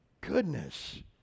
Goodness